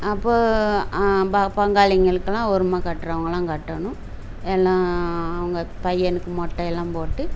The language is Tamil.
அப்போது பா பங்காளிங்களுக்குலாம் உரிமை கட்டுறவங்கலாம் கட்டணும் எல்லாம் அவங்க பையனுக்கு மொட்டை எல்லாம் போட்டு